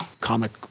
comic